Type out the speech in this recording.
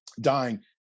dying